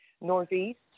northeast